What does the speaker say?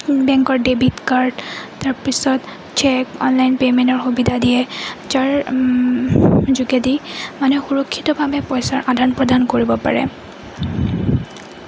বেংকৰ debit card তাৰ পিছত চেক অনলাইন পে'মেণ্টৰ সুবিধা দিয়ে যাৰ যোগেদি মানুহে সুৰক্ষিতভাৱে পইচাৰ আদান প্ৰদান কৰিব পাৰে